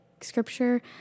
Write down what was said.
Scripture